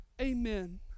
Amen